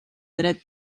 dret